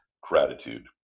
gratitude